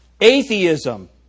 atheism